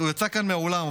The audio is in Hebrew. הוא יצא כאן מהאולם,